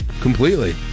completely